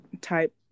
type